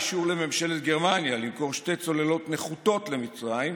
אישור לממשלת גרמניה למכור שתי צוללות נחותות למצרים,